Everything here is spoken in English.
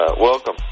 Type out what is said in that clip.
welcome